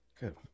Good